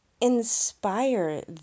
inspire